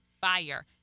Fire